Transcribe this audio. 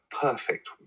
perfect